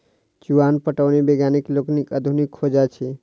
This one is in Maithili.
चुआन पटौनी वैज्ञानिक लोकनिक आधुनिक खोज अछि